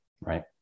Right